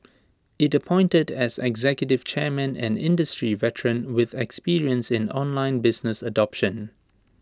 IT appointed as executive chairman an industry veteran with experience in online business adoption